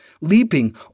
leaping